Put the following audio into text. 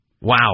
Wow